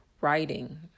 writing